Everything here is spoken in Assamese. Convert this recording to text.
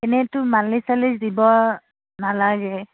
এনেইতো মালিচ চালিচ দিব নালাগে